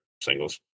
singles